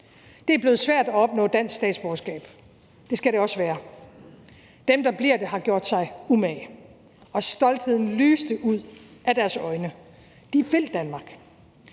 Det er blevet svært at opnå dansk statsborgerskab, og det skal det også være. Dem, der bliver det, har gjort sig umage, og stoltheden lyste ud af deres øjne: De vil Danmark.